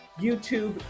YouTube